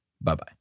Bye-bye